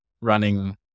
running